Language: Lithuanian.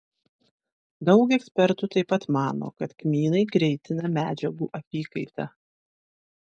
daug ekspertų taip pat mano kad kmynai greitina medžiagų apykaitą